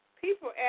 people